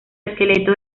esqueleto